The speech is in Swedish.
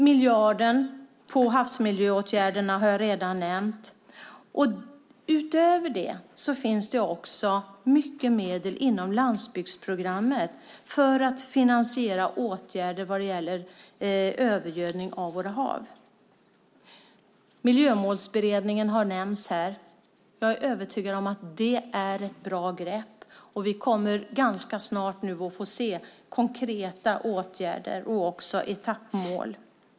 Miljarden på havsmiljöåtgärderna har jag redan nämnt. Utöver det finns det mycket medel inom landsbygdsprogrammet för att finansiera åtgärder mot övergödning av våra hav. Miljömålsberedningen har nämnts. Jag är övertygad om att det är ett bra grepp. Vi kommer ganska snart att få se konkreta åtgärder och etappmål.